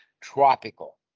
tropical